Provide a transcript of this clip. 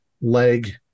leg